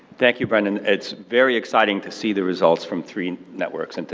thank you, brendan, it's very exciting to see the results from three networks, and